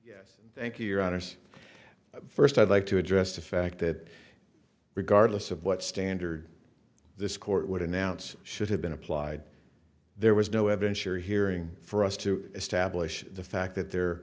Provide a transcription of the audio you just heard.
yes thank you your honors but first i'd like to address the fact that regardless of what standard this court would announce should have been applied there was no evidentiary hearing for us to establish the fact that the